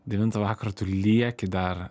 devintą vakaro tu lieki dar